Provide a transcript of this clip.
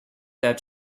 that